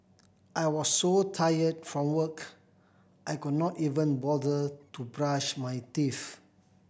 I was so tired from work I could not even bother to brush my teeth